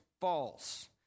false